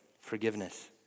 forgiveness